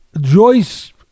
Joyce